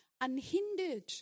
unhindered